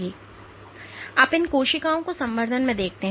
तो क्या देखा गया है जब आप इन कोशिकाओं को संवर्धन में देखते हैं